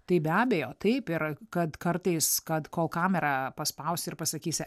tai be abejo taip ir kad kartais kad kol kamerą paspausi ir pasakysi